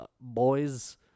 boys